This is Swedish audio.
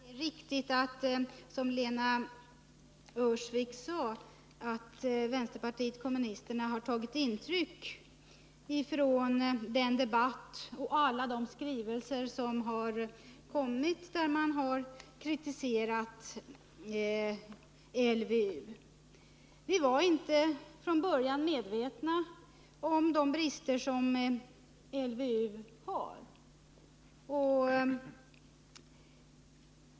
Herr talman! Det är riktigt som Lena Öhrsvik sade, att vänsterpartiet kommunisterna har tagit intryck av den debatt som har förts och alla de skrivelser som har kommit, där man har kritiserat LVU. Vi var inte från början medvetna om de brister som LVU har.